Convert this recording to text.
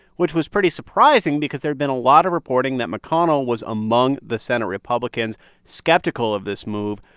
which was pretty surprising because there'd been a lot of reporting that mcconnell was among the senate republicans skeptical of this move.